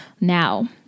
now